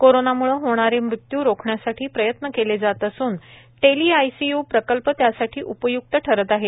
कोरोनाम्ळे होणारे मृत्यू रोखण्यासाठी प्रयत्न केले जात असून टेलीआयसीयू प्रकल्प त्यासाठी उपय्क्त ठरत आहे